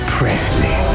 Presley